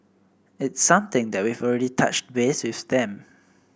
it's something that we've already touched base with them